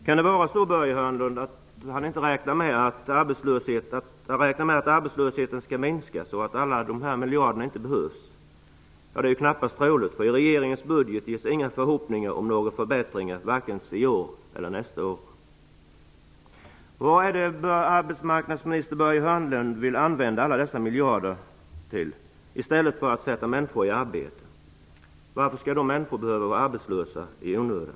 Kan det var så att Börje Hörnlund räknar med att arbetslösheten skall minska så att alla dessa miljarder inte behövs? Det är knappast troligt. I regeringens budget ges inga förhoppningar om några förbättringar vare sig i år eller nästa år. Hörnlund vill använda alla dessa miljarder till i stället för att sätta människor i arbete? Varför skall människor behöva vara arbetslösa i onödan?